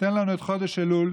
נותן לנו את חודש אלול,